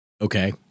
Okay